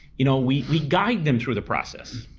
you know we we guide them through the process,